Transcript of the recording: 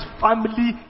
family